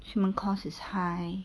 shipment cost is high